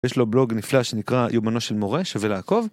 יש לו בלוג נפלא שנקרא יומנו של מורה, שווה לעקוב.